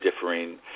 differing